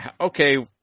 okay